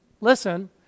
listen